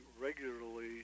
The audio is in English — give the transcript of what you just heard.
regularly